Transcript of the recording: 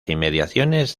inmediaciones